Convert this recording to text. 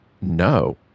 no